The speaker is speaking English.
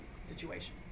situation